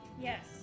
Yes